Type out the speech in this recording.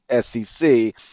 SEC